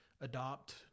adopt